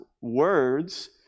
words